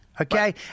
okay